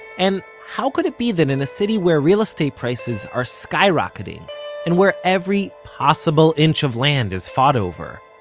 and how could it be that in a city where real estate prices are skyrocketing and where every possible inch of land is fought over,